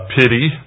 pity